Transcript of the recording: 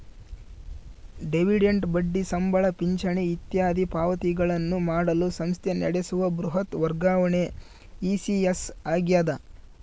dividend ಬಡ್ಡಿ ಸಂಬಳ ಪಿಂಚಣಿ ಇತ್ಯಾದಿ ಪಾವತಿಗಳನ್ನು ಮಾಡಲು ಸಂಸ್ಥೆ ನಡೆಸುವ ಬೃಹತ್ ವರ್ಗಾವಣೆ ಇ.ಸಿ.ಎಸ್ ಆಗ್ಯದ